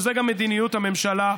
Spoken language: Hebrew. וזו גם מדיניות הממשלה: